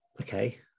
okay